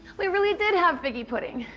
we really did have figgy pudding.